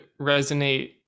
resonate